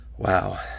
Wow